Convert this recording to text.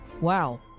Wow